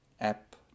app